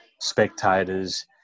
spectators